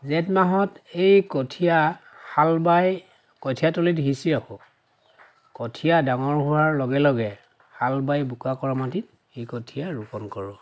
জেঠ মাহত এই কঠিয়া হাল বাই কঠিয়াতলিত সিঁচি ৰাখোঁ কঠিয়া ডাঙৰ হোৱাৰ লগে লগে হাল বাই বোকা কৰা মাটিত সেই কঠিয়া ৰোপণ কৰোঁ